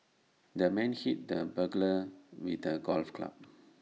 the man hit the burglar with A golf club